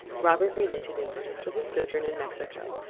robert related incidents of his sojourn in mexico,